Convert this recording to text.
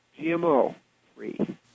GMO-free